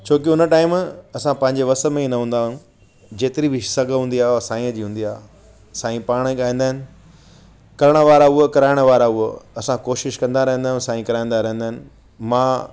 छोकी हुन टाइम असां पंहिंजे वस में ई हूंदा आहियूं जेतिरी बि सघ हूंदी आहे हुओ साईं जी हूंदी आहे साईं पाण गाईंदा आहिनि करण वारा हूअ करायणा वारा हूअ असां कोशिशि कंदा रहंदा आहियूं साईं कराईंदा रहंदा आहिनि मां